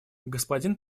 господин